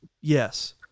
yes